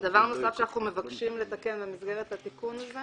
שאנחנו מבקשים לתקן במסגרת התיקון הזה